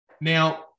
now